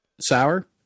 sour